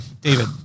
David